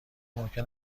ممکن